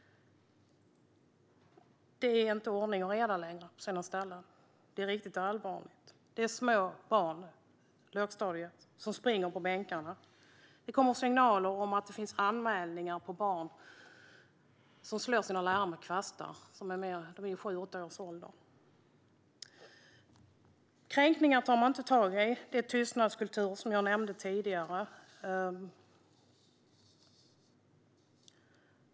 På sina ställen är det inte längre ordning och reda. Det är riktigt allvarligt. Det är små barn i lågstadiet som springer på bänkarna. Det kommer signaler om att det finns anmälningar om barn som slår sina lärare med kvastar. De barnen är i sju och åttaårsåldern. Man tar inte tag i kränkningar. Det är en tystnadskultur, som jag nämnde tidigare.